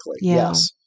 Yes